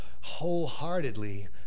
wholeheartedly